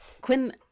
Quinn